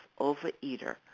overeater